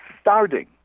starting